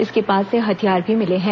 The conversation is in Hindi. इसके पास से हथियार भी मिले हैं